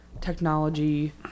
technology